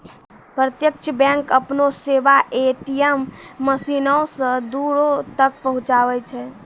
प्रत्यक्ष बैंक अपनो सेबा ए.टी.एम मशीनो से दूरो तक पहुचाबै छै